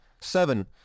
Seven